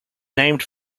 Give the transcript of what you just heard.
named